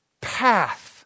path